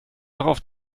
auch